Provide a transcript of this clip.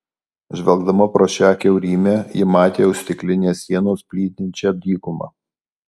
žvelgdama pro šią kiaurymę ji matė už stiklinės sienos plytinčią dykumą